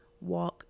Walk